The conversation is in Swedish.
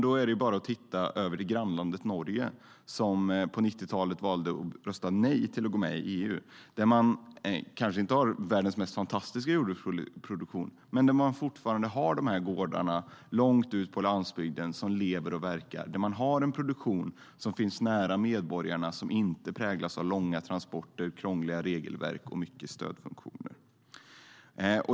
Då är det bara att titta på grannlandet Norge, som på 90-talet valde att rösta nej till att gå med i EU. Landet har kanske inte världens mest fantastiska jordbruksproduktion, men där finns fortfarande gårdar långt ut på landsbygden som lever och verkar. Det finns en produktion nära medborgarna som inte präglas av långa transporter, krångliga regelverk och mycket stödfunktioner.